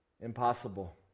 impossible